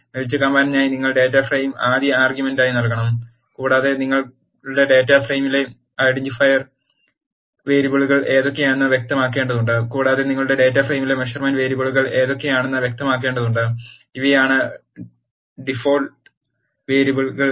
melt കമാൻഡിനായി നിങ്ങൾ data frame ആദ്യ ആർഗ്യുമെന്റായി നൽകണം കൂടാതെ നിങ്ങളുടെ ഡാറ്റ ഫ്രെയിമിലെ ഐഡന്റിഫയർ വേരിയബിളുകൾ ഏതൊക്കെയാണെന്ന് വ്യക്തമാക്കേണ്ടതുണ്ട് കൂടാതെ നിങ്ങളുടെ ഡാറ്റ ഫ്രെയിമിലെ മെഷർമെന്റ് വേരിയബിളുകൾ ഏതൊക്കെയാണെന്ന് വ്യക്തമാക്കേണ്ടതുണ്ട് ഇവയാണ് ഡിഫോൾട്ട് വേരിയബിൾ